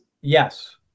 Yes